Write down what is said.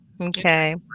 okay